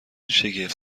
شگفت